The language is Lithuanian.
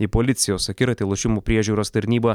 į policijos akiratį lošimų priežiūros tarnyba